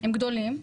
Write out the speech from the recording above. הם גדולים.